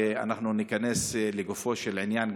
ואנחנו ניכנס לגופו של עניין,